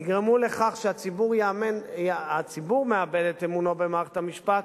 יגרמו לכך שהציבור יאבד את אמונו במערכת המשפט,